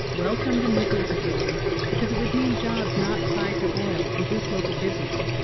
welcomed the nuclear facility because it would mean jobs not tied to oil and boost local business.